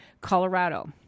Colorado